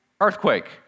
earthquake